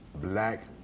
black